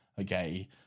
okay